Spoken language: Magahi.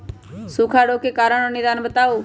सूखा रोग के कारण और निदान बताऊ?